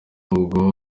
ubwo